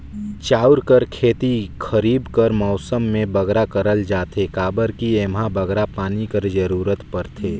चाँउर कर खेती खरीब कर मउसम में बगरा करल जाथे काबर कि एम्हां बगरा पानी कर जरूरत परथे